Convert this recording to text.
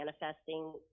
manifesting